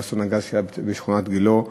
באסון הגז שהיה בשכונת גילה,